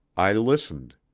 i listened.